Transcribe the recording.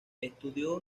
estudió